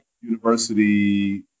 University